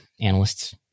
analysts